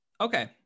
Okay